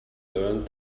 learned